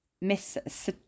Miss